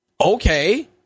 Okay